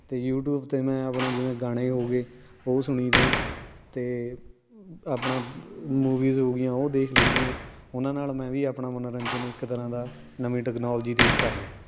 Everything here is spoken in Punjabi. ਅਤੇ ਯੂਟਿਊਬ 'ਤੇ ਮੈਂ ਆਪਣਾ ਜਿਵੇਂ ਗਾਣੇ ਹੋ ਗਏ ਉਹ ਸੁਣੀਦੇ ਆਂ ਅਤੇ ਆਪਣਾ ਮੂਵੀਜ਼ ਹੋਗੀਆਂ ਉਹ ਦੇਖ ਲਈ ਦੀਆਂ ਉਹਨਾਂ ਨਾਲ ਮੈਂ ਵੀ ਆਪਣਾ ਮਨੋਰੰਜਨ ਇੱਕ ਤਰ੍ਹਾਂ ਦਾ ਨਵੀਂ ਟੈਕਨੋਲਜੀ 'ਤੇ ਹੀ ਕਰ ਰਿਹਾਂ